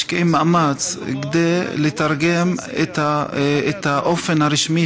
משקיעים מאמץ כדי לתרגם את הביטוי הרשמי